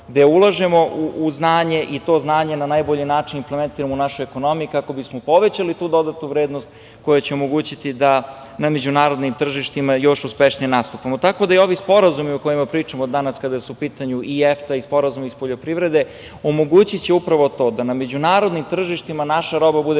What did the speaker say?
gde ulažemo u znanje i to znanje na najbolji način implementiramo u našoj ekonomiji kako bismo povećali tu dodatu vrednost koja će omogućiti da na međunarodnim tržištima još uspešnije nastupamo. Tako da, i ovi sporazumi o kojima pričamo danas kada su u pitanju i EFTA i Sporazum iz poljoprivrede, omogući će upravo to da na međunarodnim tržištima naša roba bude